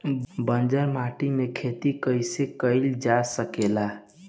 बंजर माटी में खेती कईसे कईल जा सकेला?